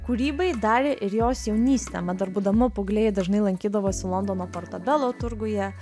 kūrybai darė ir jos jaunystė mat dar būdama paauglė ji dažnai lankydavosi londono portobello turguje